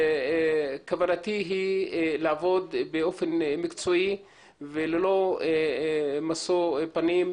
כוונתי לעבוד באופן מקצועי וללא משוא פנים,